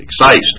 excised